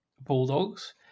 Bulldogs